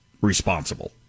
responsible